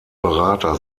berater